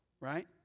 Right